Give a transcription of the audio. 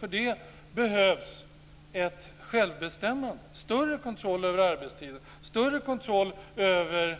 För det behövs ett självbestämmande - större kontroll över arbetstiden, större kontroll över